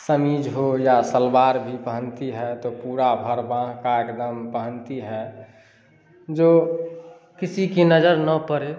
समीज़ हो या सलवार भी पहनती है तो पूरा भर बाँह की एकदम पहनती है जो किसी की नज़र न पड़े